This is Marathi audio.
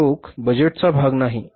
हा रोख बजेटचा भाग नाही